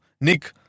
Nick